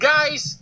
Guys